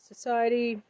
society